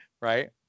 Right